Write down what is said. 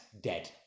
dead